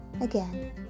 again